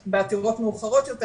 אך בעתירות מאוחרות יותר,